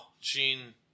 Gene